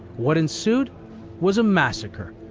what ensued was a massacre.